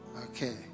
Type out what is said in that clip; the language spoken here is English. Okay